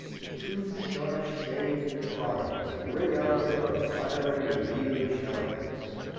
to two sharp, shameful trials, and wring out of her a fiery, revealing eloquence.